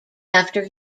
after